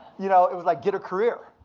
you know it was like, get a career.